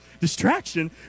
distraction